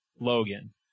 Logan